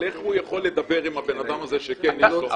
איך הוא יכול לדבר עם הבן אדם הזה שיש לו רישיון?